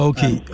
Okay